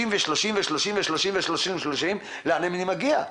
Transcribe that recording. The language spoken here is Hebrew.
30 ועוד 30 ועוד 30, לאן אני מגיע?